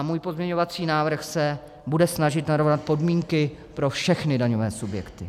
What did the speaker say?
Můj pozměňovací návrh se bude snažit narovnat podmínky pro všechny daňové subjekty.